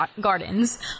Gardens